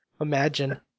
imagine